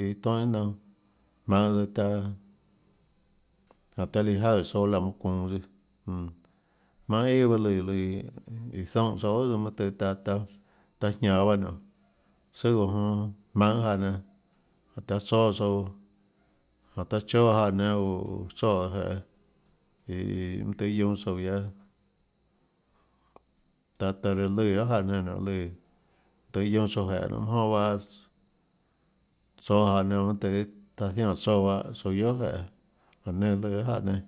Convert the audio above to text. iã tonhâ iâ naunã jmaønå taã jánhå taã líã jaøè tsouã laã manã çuunå tsøã mm jmánhå iã guiuã lùã lùã iã zoúnã tsouã guiohà mønâ tøhê taã taã taã jianå paâ nonê tsøã oå jonã jmaønå jáhã nénâ jánhå taã tsóâ tsouã jánhå taã chóâ jáhã nénâ uuuå tsoè jeê iiiå mønâ tøhê guionâ tsouã guiaâ taã taã reã lùã guiohà jáhã nénâ nonê lùã tøhê guionâ tsouã jeê nonê mønâ jonà baâss tsóâ jáhã nénâ mønâ tøhê taã zianè tsouã bahâ tsouã guiohà jeê laã nenã lù guiohà jáhã nénâ.